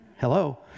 Hello